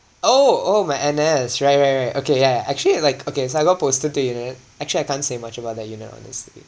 oh oh my N_S right right right okay ya ya actually it like okay so I got posted to unit actually I can't say much about that you know on this unit